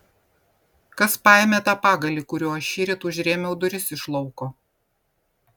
kas paėmė tą pagalį kuriuo aš šįryt užrėmiau duris iš lauko